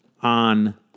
on